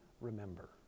remember